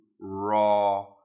raw